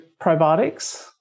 probiotics